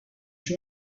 you